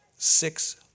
six